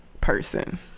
person